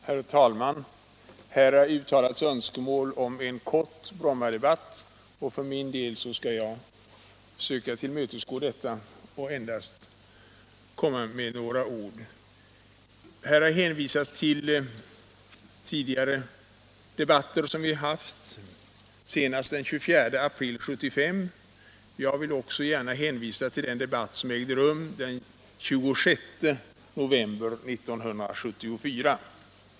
Herr talman! Här har uttalats önskemål om en kort Brommadebatt. För min del skall jag försöka tillmötesgå detta önskemål och endast ha ett kort inlägg. Man har hänvisat till tidigare debatt i denna fråga — den senaste, den 24 april 1975. Jag vill för min del också gärna hänvisa till den debatt som ägde rum den 26 november 1974.